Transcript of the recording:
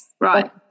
right